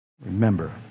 Remember